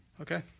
Okay